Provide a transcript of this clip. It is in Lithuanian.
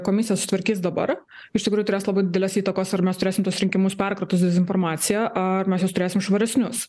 komisija sutvarkys dabar iš tikrųjų turės labai didelės įtakos ar mes turėsim tuos rinkimus perkrautus dezinformacija ar mes juos turėsim švaresnius